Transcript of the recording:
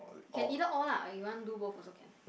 can either all lah or you want do both also can